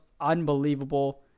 unbelievable